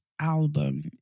album